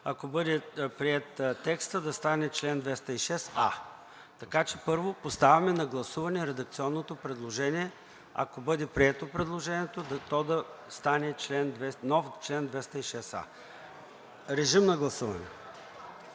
Ако бъде приет текстът, да стане чл. 206а. Така че първо поставяме на гласуване редакционното предложение, ако бъде прието предложението, то да стане нов чл. 206а. Гласували